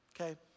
Okay